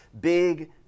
Big